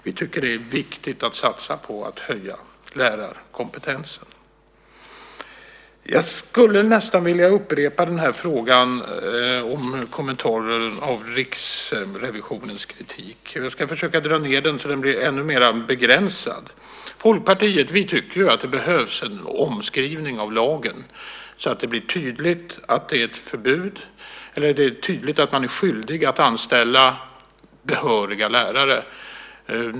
Vi tycker att det är viktigt att satsa på att höja lärarkompetensen. Jag skulle nästan vilja upprepa frågan om jag kan få en kommentar till Riksrevisionens kritik. Jag ska försöka dra ned den så att den blir ännu mer begränsad. Vi i Folkpartiet tycker ju att det behövs en omskrivning av lagen så att det blir tydligt att man är skyldig att anställa behöriga lärare.